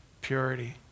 purity